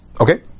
Okay